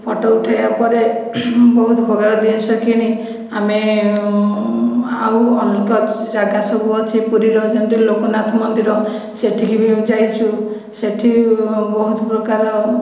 photo ଉଠାଇବା ପରେ ବହୁତ ପ୍ରକାର ଜିନିଷ କିଣି ଆମେ ଆଉ ଅଲଗା ଜାଗା ସବୁ ଅଛି ପୁରୀର ଯେମିତି ଲୋକନାଥ ମନ୍ଦିର ସେଠିକି ବି ଯାଇଛୁ ସେଠି ବହୁତ ପ୍ରକାର